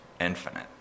infinite